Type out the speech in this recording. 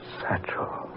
Satchel